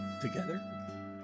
Together